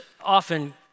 often